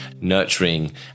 nurturing